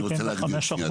אני רוצה להקדים שנייה.